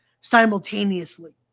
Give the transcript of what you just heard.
simultaneously